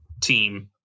team